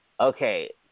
okay